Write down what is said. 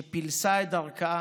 שפילסה את דרכה